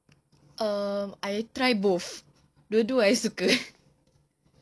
um I try both dua-dua I suka